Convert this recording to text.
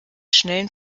schnellen